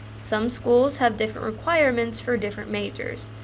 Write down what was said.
some schools have different requirements for different majors.